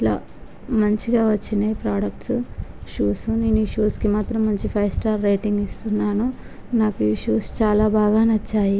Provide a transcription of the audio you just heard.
ఇలా మంచిగా వచ్చాయి ప్రోడక్ట్స్ షూస్ నేను ఈ షూస్కి మాత్రం మంచి ఫైవ్ స్టార్ రేటింగ్ ఇస్తున్నాను నాకు ఈ షూస్ చాలా బాగా నచ్చాయి